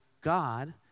God